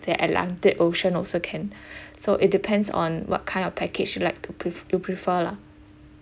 the atlantic ocean also can so it depends on what kind of package you like to pre~ you prefer lah